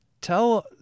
tell